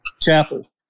chapel